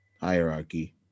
hierarchy